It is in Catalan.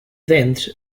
dents